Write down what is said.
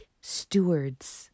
stewards